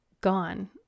gone